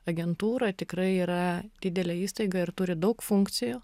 agentūra tikrai yra didelė įstaiga ir turi daug funkcijų